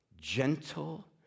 gentle